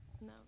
No